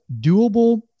doable